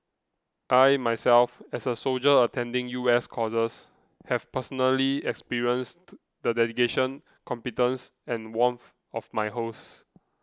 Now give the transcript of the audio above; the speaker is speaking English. I myself as a soldier attending US courses have personally experienced the dedication competence and warmth of my hosts